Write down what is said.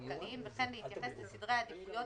כלכליים וכן להתייחס לסדרי העדיפויות